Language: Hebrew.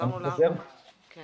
אני